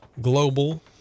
global